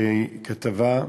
כתבה: